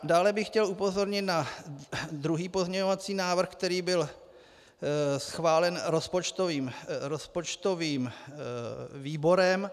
Dále bych chtěl upozornit na druhý pozměňovací návrh, který byl schválen rozpočtovým výborem.